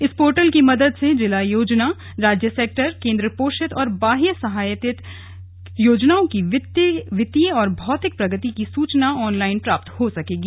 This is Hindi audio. इस पोर्टल की मदद से जिला योजना राज्य सेक्टर केन्द्र पोषित और बाहय सहायतित योजनाओं की वित्तीय और भौतिक प्रगति की सूचना ऑन लाइन प्राप्त हो सकेगी